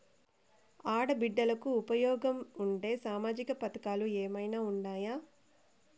ఆడ బిడ్డలకు ఉపయోగం ఉండే సామాజిక పథకాలు ఏమైనా ఉన్నాయా?